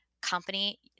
company